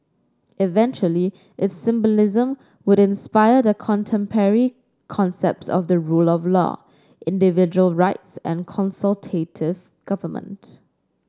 eventually its symbolism would inspire the contemporary concepts of the rule of law individual rights and consultative government